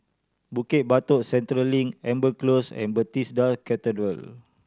Bukit Batok Central Link Amber Close and Bethesda Cathedral